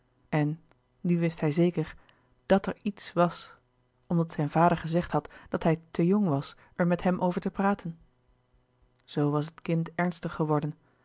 en nu wist hij zeker dat er i e t s was omdat zijn vader gezegd had dat hij te jong was er met hem over te praten zoo was het kind ernstig geworden